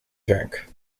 drink